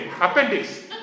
Appendix